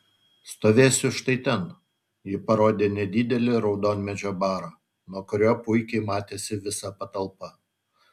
stovėsiu štai ten ji parodė nedidelį raudonmedžio barą nuo kurio puikiai matėsi visa patalpa